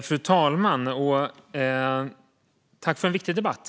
Fru talman! Jag tackar för en viktig debatt.